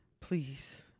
please